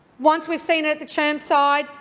once we've seen at the chermside,